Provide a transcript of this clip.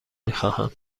میخواهند